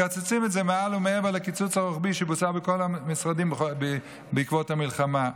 מקצצים את זה מעל ומעבר לקיצוץ הרוחבי שבוצע בכל המשרדים בעקבות המלחמה.